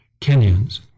Kenyans